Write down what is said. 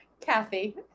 Kathy